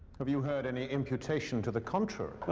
have you heard any imputation to the contrary?